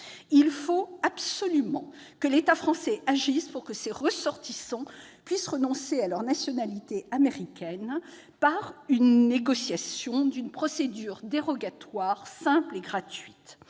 Il faut absolument que l'État français agisse pour que ces ressortissants puissent renoncer à leur nationalité américaine. Pour cela, il faut négocier une procédure dérogatoire, simple et gratuite.